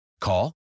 Call